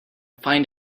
find